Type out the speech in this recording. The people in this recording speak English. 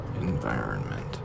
environment